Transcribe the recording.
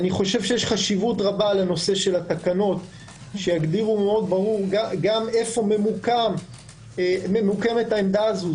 יש חשיבות רבה לנושא התקנות שיגדירו מאוד ברור איפה ממוקמת התקנה הזו.